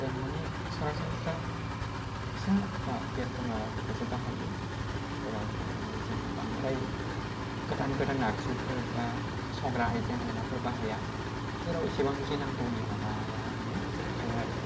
जों माने सरासनस्रा फिसा बा माबाफोर खौसो बाहाययो र' जोङो बांद्राय गोदान गोदान आगजु फोरबा संग्रा आयजें आयला फोर बाहायया जेराव इसिबां गिनांगौनि माबाया थाखाया आरो